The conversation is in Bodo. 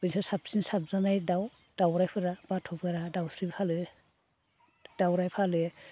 बैसोर साबसिन साबजानाय दाउ दाउरायफोरा बाथ'फोरा दाउस्रि फालो दाउराय फालो